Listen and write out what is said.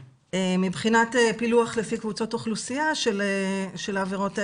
מבחינת פילוח לפי קבוצות אוכלוסייה של העבירות האלה,